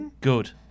good